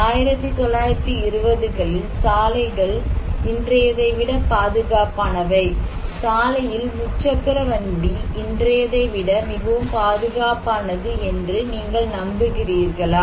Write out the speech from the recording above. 1920 களில் சாலைகள் இன்றையதை விட பாதுகாப்பானவை சாலையில் முச்சக்கர வண்டி இன்றையதை விட மிகவும் பாதுகாப்பானது என்று நீங்கள் நம்புகிறீர்களா